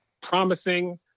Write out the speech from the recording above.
promising